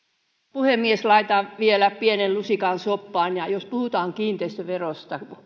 puhemies laitan vielä pienen lusikan soppaan jos puhutaan kiinteistöverosta